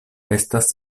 estas